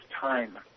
Time